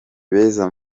beza